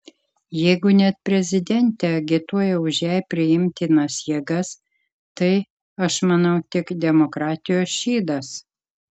jeigu net prezidentė agituoja už jai priimtinas jėgas tai aš manau tik demokratijos šydas